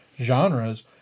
genres